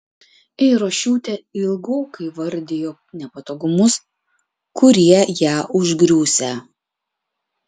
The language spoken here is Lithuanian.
eirošiūtė ilgokai vardijo nepatogumus kurie ją užgriūsią